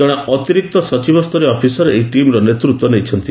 ଜଣେ ଅତିରିକ୍ତ ସଚିବ ସ୍ତରୀୟ ଅଫିସର ଏହି ଟିମ୍ର ନେତୃତ୍ୱ ନେଇଛନ୍ତି